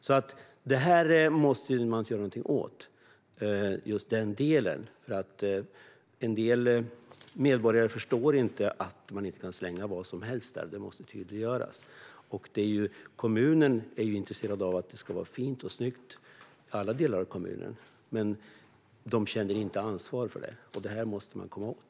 Just denna del måste man göra någonting åt. Vissa medborgare förstår inte att det inte går att slänga vad som helst där - det måste tydliggöras. Kommunen är ju intresserad av att det ska vara fint och snyggt i alla delar av kommunen men känner inget ansvar för det, och det måste man komma åt.